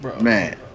Man